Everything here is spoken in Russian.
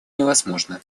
невозможно